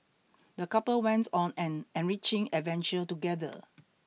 the couple went on an enriching adventure together